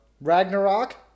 Ragnarok